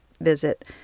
visit